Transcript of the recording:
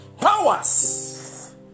Powers